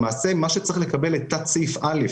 מה שצריך לכתוב בתת סעיף (א)